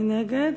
מי נגד?